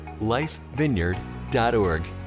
lifevineyard.org